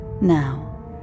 Now